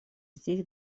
здесь